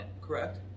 Correct